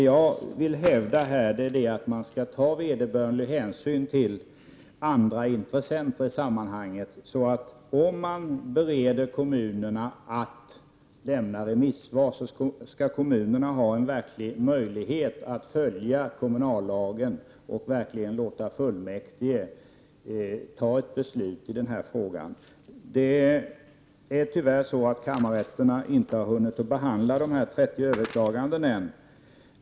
Jag hävdar att man skall ta vederbörlig hänsyn till andra intressenter i sammanhanget. Om man bereder kommunerna möjlighet att lämna remissvar, så skall de också ges reella möjligheter att följa kommunallagen och låta fullmäktigeförsamlingarna fatta beslut i frågan. Kammarrätterna har tyvärr inte hunnit behandla de 30 överklagandena ännu.